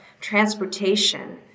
transportation